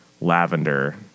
lavender